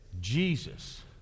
Jesus